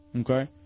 okay